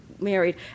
married